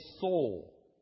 soul